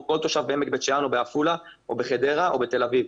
כל תושב בעמק בית שאן או בעפולה או בחדר או בתל אביב.